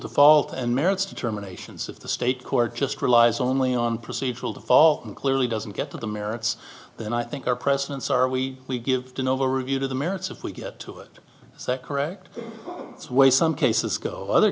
default and merits determinations of the state court just relies only on procedural default and clearly doesn't get to the merits then i think our presidents are we we give to nova review to the merits of we get to it is that correct its way some cases go other